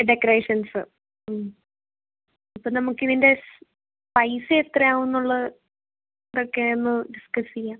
decorations ഉം അപ്പം നമുക്കിതിൻ്റെ പൈസ എത്ര ആകുമെന്നുള്ളത് എത്രയൊക്കെയെന്ന് ഡിസ്കസ് ചെയ്യാം